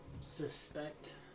suspect